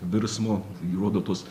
virsmo įrodo tuos